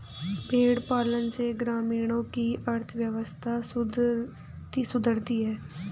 भेंड़ पालन से ग्रामीणों की अर्थव्यवस्था सुधरती है